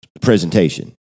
presentation